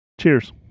Cheers